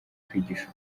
kwigisha